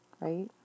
right